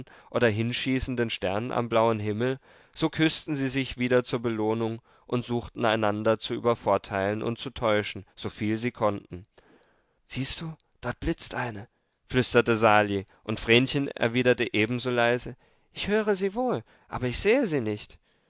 oder hinschießenden stern am blauen himmel so küßten sie sich wieder zur belohnung und suchten einander zu übervorteilen und zu täuschen soviel sie konnten siehst du dort blitzt eine flüsterte sali und vrenchen erwiderte ebenso leise ich höre sie wohl aber ich sehe sie nicht